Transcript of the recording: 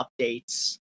updates